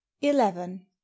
eleven